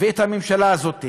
ואת הממשלה הזאת,